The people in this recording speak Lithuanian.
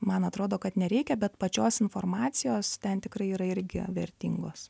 man atrodo kad nereikia bet pačios informacijos ten tikrai yra irgi vertingos